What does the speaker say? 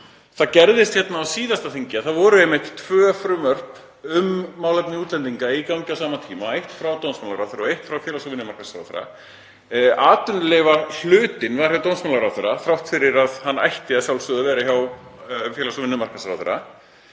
Það gerðist hér á síðasta þingi að það voru einmitt tvö frumvörp um málefni útlendinga í gangi á sama tíma, eitt frá dómsmálaráðherra og eitt frá félags- og vinnumarkaðsráðherra. Atvinnuleyfahlutinn var hjá dómsmálaráðherra þrátt fyrir að hann ætti að sjálfsögðu að vera hjá félags- og vinnumarkaðsráðherra.